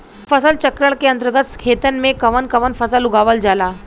फसल चक्रण के अंतर्गत खेतन में कवन कवन फसल उगावल जाला?